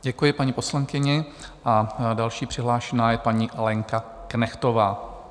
Děkuji paní poslankyni a další přihlášená je paní Lenka Knechtová.